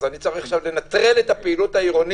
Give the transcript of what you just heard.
אז אני צריך עכשיו לנטרל את הפעילות העירונית?